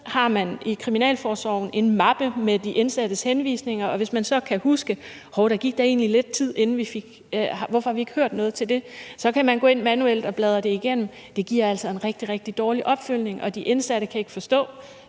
har man i kriminalforsorgen en mappe med de indsattes henvisninger, og hvis man så kan huske, at hov, der er da egentlig gået lidt tid, og hvorfor har vi ikke hørt noget til det, så kan man gå ind manuelt og bladre det igennem. Og det giver altså en rigtig, rigtig dårlig opfølgning, og de indsatte kan ikke forstå